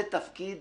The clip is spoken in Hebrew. זה תפקיד